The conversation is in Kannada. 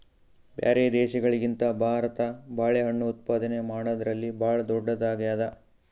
ಬ್ಯಾರೆ ದೇಶಗಳಿಗಿಂತ ಭಾರತ ಬಾಳೆಹಣ್ಣು ಉತ್ಪಾದನೆ ಮಾಡದ್ರಲ್ಲಿ ಭಾಳ್ ಧೊಡ್ಡದಾಗ್ಯಾದ